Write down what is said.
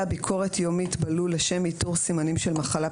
ביקורת יומית בלול לשם איתור סימנים של מחלה,